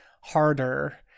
harder